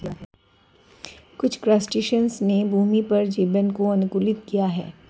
कुछ क्रस्टेशियंस ने भूमि पर जीवन को अनुकूलित किया है